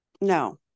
No